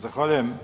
Zahvaljujem.